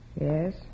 Yes